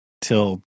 till